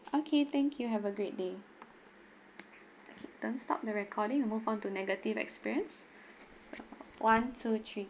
okay thank you have a great day okay don't stop the recording we move on to negative experience so one two three